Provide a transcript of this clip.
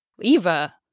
Eva